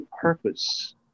purpose